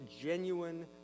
genuine